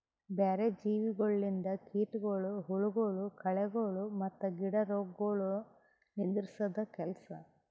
ಬ್ಯಾರೆ ಜೀವಿಗೊಳಿಂದ್ ಕೀಟಗೊಳ್, ಹುಳಗೊಳ್, ಕಳೆಗೊಳ್ ಮತ್ತ್ ಗಿಡ ರೋಗಗೊಳ್ ನಿಂದುರ್ಸದ್ ಕೆಲಸ